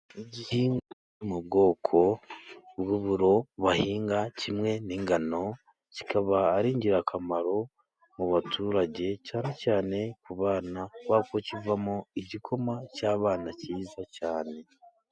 Igihingwa cyo mu bwoko bw'uburo bahinga kimwe n'ingano. Kikaba ari ingirakamaro mu baturage cyane cyane ku bana babo kuko kivamo igikoma cy'abana cyiza cyane.